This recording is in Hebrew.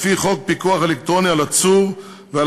לפי חוק פיקוח אלקטרוני על עצור ועל